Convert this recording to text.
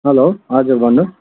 hello हजुर भन्नुहोस्